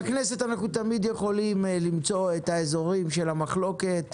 בכנסת אנחנו תמיד יכולים למצוא את האזורים של המחלוקת,